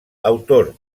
autor